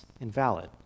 invalid